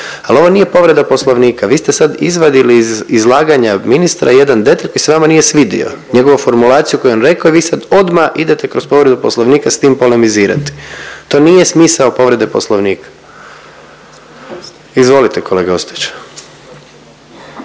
Ali ovo nije povreda Poslovnika. Vi ste sad izvadili iz izlaganja ministra jedan detalj koji se vama nije svidio, njegovu formulaciju koju je on rekao i vi sad odmah idete kroz povredu Poslovnika s tim polemizirati. To nije smisao povrede Poslovnika. Izvolite kolega Ostojić.